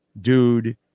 dude